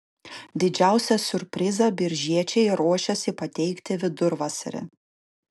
didžiausią siurprizą biržiečiai ruošiasi pateikti vidurvasarį